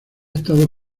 estado